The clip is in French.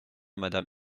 madame